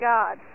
God